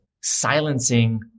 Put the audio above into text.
Silencing